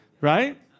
right